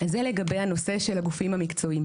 זה לגבי הנושא של הגופים המקצועיים.